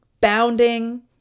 bounding